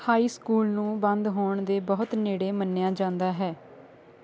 high school ਨੂੰ ਬੰਦ ਹੋਣ ਦੇ ਬਹੁਤ ਨੇੜੇ ਮੰਨਿਆਂ ਜਾਂਦਾ ਹੈ